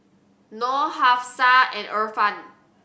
Nor Hafsa and Irfan